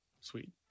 Sweet